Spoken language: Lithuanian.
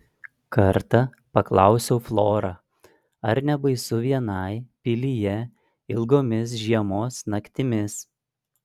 kartą paklausiau florą ar nebaisu vienai pilyje ilgomis žiemos naktimis